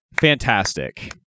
Fantastic